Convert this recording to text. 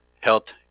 health